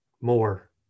more